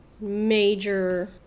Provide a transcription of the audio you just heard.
major